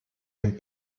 den